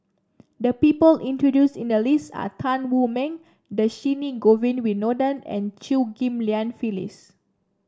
the people included in the list are Tan Wu Meng Dhershini Govin Winodan and Chew Ghim Lian Phyllis